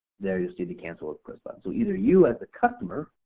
there you'll see the cancel request button, so either you as the customer,